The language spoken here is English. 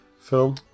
film